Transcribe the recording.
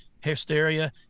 hysteria